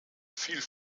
viel